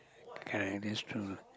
correct that's true